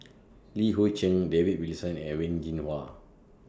Li Hui Cheng David Wilson and Wen Jinhua